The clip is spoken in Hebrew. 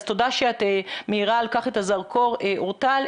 אז תודה שאת מאירה על כך את הזרקור, אורטל.